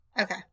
Okay